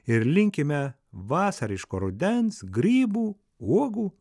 ir linkime vasariško rudens grybų uogų